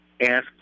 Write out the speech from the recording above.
ask